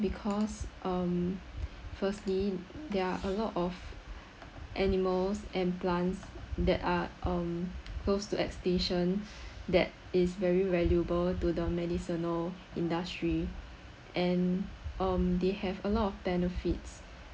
because um firstly there are a lot of animals and plants that are um close to extinction that is very valuable to the medicinal industry and um they have a lot of benefits